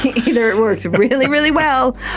either it works really, really well,